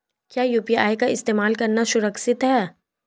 क्या यू.पी.आई का इस्तेमाल करना सुरक्षित है?